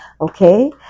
okay